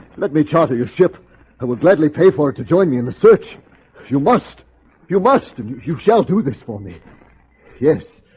let me charter your ship i would gladly pay for her to join me in the search if you must you must you shall do this for me yes.